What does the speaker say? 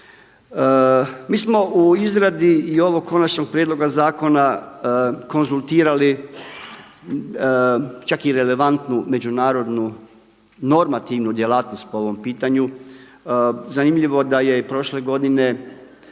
Mi smo u izradi i ovog konačnog prijedloga zakona konzultirali čak i relevantnu međunarodnu normativnu djelatnost po ovom pitanju. Zanimljivo da je i prošle godine